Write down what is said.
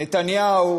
נתניהו